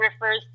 refers